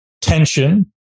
tension